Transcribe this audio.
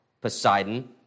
Poseidon